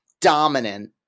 dominant